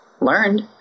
learned